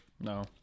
No